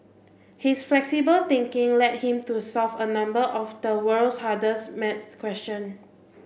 his flexible thinking led him to solve a number of the world's hardest maths question